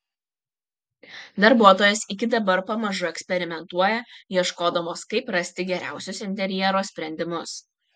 darbuotojos iki dabar pamažu eksperimentuoja ieškodamos kaip rasti geriausius interjero sprendimus